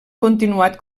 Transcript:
continuat